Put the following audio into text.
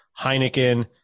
Heineken